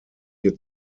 hier